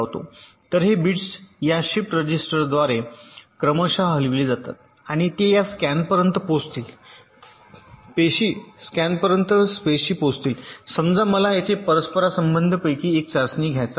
तरहे बिट्स या शिफ्ट रजिस्टरद्वारे क्रमशः हलविले जातील आणि ते या स्कॅनपर्यंत पेशी पोचतील समजा मला येथे परस्परसंबंधांपैकी एक चाचणी घ्यायचा आहे